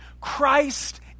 Christ